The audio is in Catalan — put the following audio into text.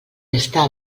estar